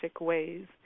ways